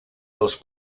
dels